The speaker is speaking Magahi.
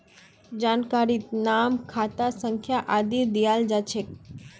जानकारीत नाम खाता संख्या आदि दियाल जा छेक